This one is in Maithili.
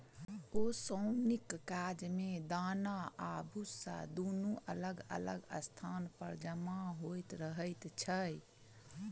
ओसौनीक काज मे दाना आ भुस्सा दुनू अलग अलग स्थान पर जमा होइत रहैत छै